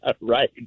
Right